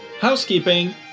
Housekeeping